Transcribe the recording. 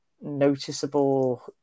noticeable